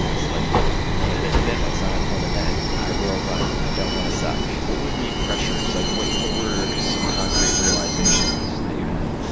it's like if you want to get fit, i sign up for an event. i will run. i don't want to suck. what were the pressures? like what what were some concrete realizations that you had?